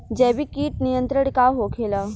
जैविक कीट नियंत्रण का होखेला?